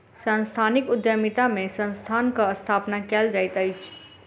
सांस्थानिक उद्यमिता में संस्थानक स्थापना कयल जाइत अछि